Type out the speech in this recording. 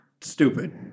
stupid